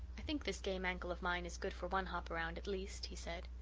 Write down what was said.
i think this game ankle of mine is good for one hop around, at least, he said.